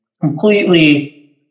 completely